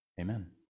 Amen